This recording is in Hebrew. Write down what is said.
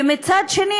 ומצד אחר,